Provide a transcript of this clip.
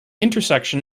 intersection